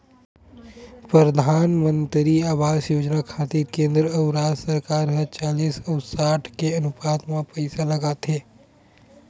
परधानमंतरी आवास योजना खातिर केंद्र अउ राज सरकार ह चालिस अउ साठ के अनुपात म पइसा लगाथे